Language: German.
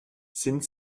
sind